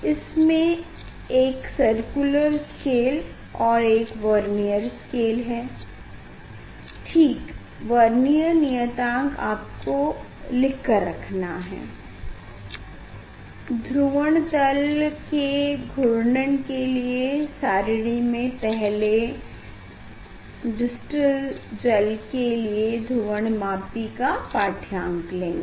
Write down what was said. इसमें एक circular scale और एक वर्नियर स्केल है ठीक वर्नियर नियतांक आपको लिख कर रखना है ध्रुवण तल के घूर्णन के लिए सारिणी में पहले डिस्टिल्लड जल के लिए ध्रुवणमापी का पाढ़यांक लेंगे